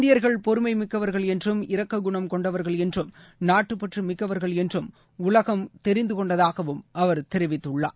இந்தியர்கள் பொறுமைமிக்கவர்கள் என்றும் இரக்ககுணம் கொண்டவர்கள் என்றும் நாட்டுப் பற்றுமிக்கவர்கள் என்றும் உலகம் தெரிந்துகொண்டதாகவும் அவர் தெரிவித்துள்ளார்